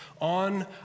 on